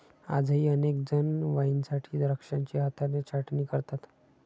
आजही अनेक जण वाईनसाठी द्राक्षांची हाताने छाटणी करतात